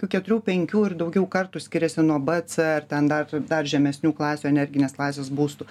keturių penkių ir daugiau kartų skiriasi nuo c ar ten dar dar žemesnių klasių energinės klasės būstų